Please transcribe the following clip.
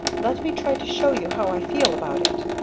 let me try to show you how i feel about it.